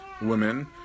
women